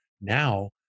now